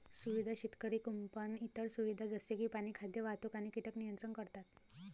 सुविधा शेतकरी कुंपण इतर सुविधा जसे की पाणी, खाद्य, वाहतूक आणि कीटक नियंत्रण करतात